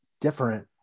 different